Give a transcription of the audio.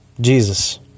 Jesus